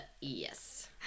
Yes